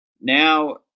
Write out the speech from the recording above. Now